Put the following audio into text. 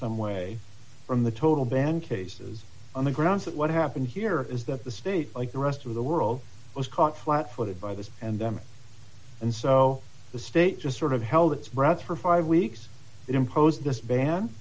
some way from the total ban cases on the grounds that what happened here is that the state like the rest of the world was caught flat footed by this and them and so the state just sort of held its breath for five weeks it imposed this ban